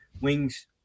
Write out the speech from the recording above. wings